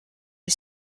est